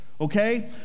okay